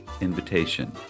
invitation